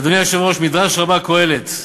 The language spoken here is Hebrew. אדוני היושב-ראש, מדרש רבה, קהלת,